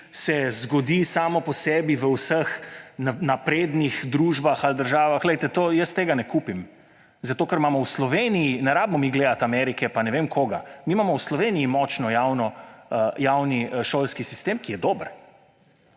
se zgodi samo po sebi v vseh naprednih družbah ali državah – poglejte, tega ne kupim! Zato ker imamo v Sloveniji, ne rabimo mi gledati Amerike pa ne vem koga, mi imamo v Sloveniji močen javni šolski sistem, ki je dober,